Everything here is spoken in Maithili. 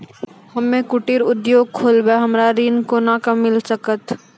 हम्मे कुटीर उद्योग खोलबै हमरा ऋण कोना के मिल सकत?